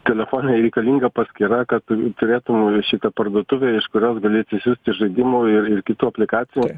telefone reikalinga paskyra kad tu turėtum šitą parduotuvę iš kurios gali atsisiųsti žaidimų ir ir kitų aplikacijų